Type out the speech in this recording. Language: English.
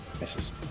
misses